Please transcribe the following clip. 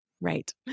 Right